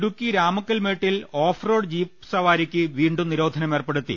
ഇടുക്കി രാമക്കൽമേട്ടിൽ off road jeep സവാരിക്ക് വീ ണ്ടും നിരോധനം ഏർപ്പെടുത്തി